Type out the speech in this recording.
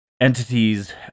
entities